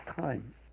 time